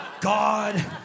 God